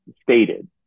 stated